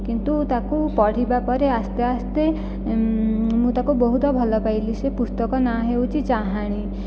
କିନ୍ତୁ ତାକୁ ପଢ଼ିବା ପରେ ଆସ୍ତେ ଆସ୍ତେ ମୁଁ ତାକୁ ବହୁତ ଭଲପାଇଲି ସେ ପୁସ୍ତକ ନାଁ ହେଉଛି ଚାହାଣି